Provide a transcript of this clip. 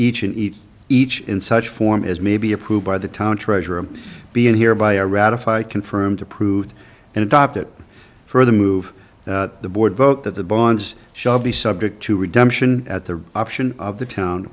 and eat each in such form as may be approved by the town treasurer of being here by a ratified confirmed approved and adopt it for the move the board vote that the bonds shall be subject to redemption at the option of the town